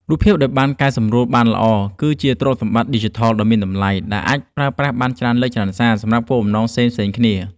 រូបភាពដែលកែសម្រួលបានល្អគឺជាទ្រព្យសម្បត្តិឌីជីថលដ៏មានតម្លៃដែលអាចប្រើប្រាស់បានច្រើនលើកច្រើនសារសម្រាប់គោលបំណងផ្សេងៗគ្នា។